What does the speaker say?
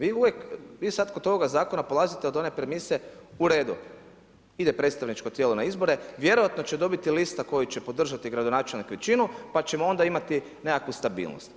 Vi uvijek, vi sada kod ovoga zakona polazite od one premise, u redu, ide predstavničko tijelo na izbore, vjerojatno će dobiti lista koju će podržati gradonačelnik većinu pa ćemo onda imati nekakvu stabilnost.